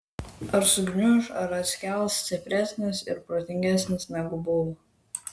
ar sugniuš ar atsikels stipresnis ir protingesnis negu buvo